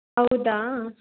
ಹೌದಾ